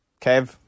Kev